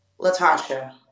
Latasha